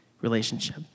relationship